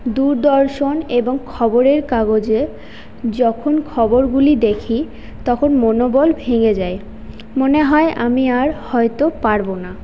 দূরদর্শন এবং খবরের কাগজে যখন খবরগুলি দেখি তখন মনোবল ভেঙ্গে যায় মনে হয় আমি আর হয়তো পারবোনা